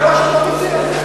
זה מה שאתה מציע.